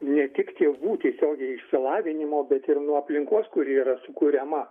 ne tik tėvų tiesiogiai išsilavinimo bet ir nuo aplinkos kuri yra sukuriama